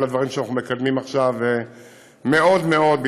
וכל הדברים שאנחנו מקדמים עכשיו מאוד מאוד,